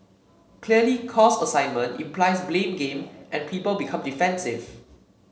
clearly cause assignment implies blame game and people become defensive